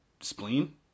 spleen